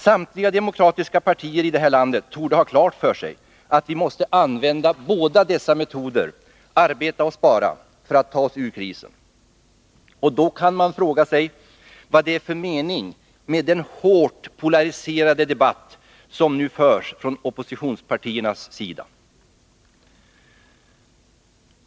Samtliga demokratiska partier i det här landet torde ha klart för sig att vi måste använda båda dessa metoder — arbeta och spara — för att ta oss ur krisen. Och då kan man fråga sig vad det är för mening med den hårt polariserade debatt som nu förs från oppositionspartiernas sida.